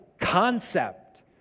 concept